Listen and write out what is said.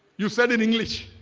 you said in english?